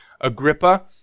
Agrippa